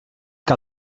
que